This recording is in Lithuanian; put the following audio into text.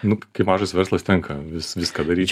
nu kai mažas verslas tenka vis viską daryt